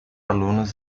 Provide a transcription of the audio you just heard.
alunos